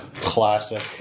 Classic